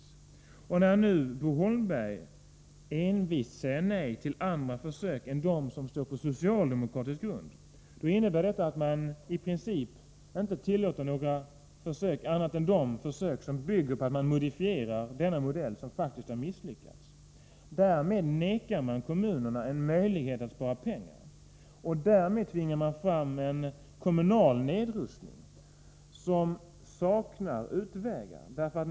När Bo Holmberg och socialdemokratin envist säger nej till andra försök än dem som står på socialdemokratisk grund, innebär detta att man i princip inte tillåter några andra försök än sådana som bygger på att man modifierar den modell som man faktiskt har misslyckats med. Därmed förvägrar man kommunerna en möjlighet att spara pengar. Detta gör att man tvingar fram en kommunal nedrustning från vilken det saknas utvägar.